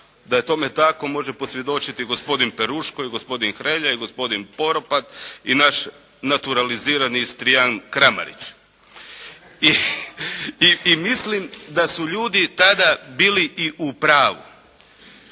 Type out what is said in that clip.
je tome tako može posvjedočiti gospodin Peruško, i gospodin Hrelja, i gospodin Poropat i naš naturalizirani Istrian Kramarić. I mislim da su ljudi tada bili i u pravu.